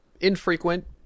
infrequent